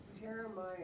Jeremiah